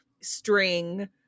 string